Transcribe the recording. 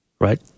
Right